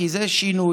כי זה שינוי.